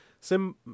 Sim